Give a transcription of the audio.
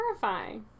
terrifying